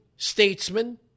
Statesman